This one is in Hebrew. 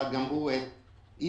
רק סיימו את התמחותם,